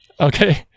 okay